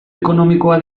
ekonomikoa